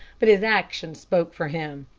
but his actions spoke for him.